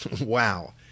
Wow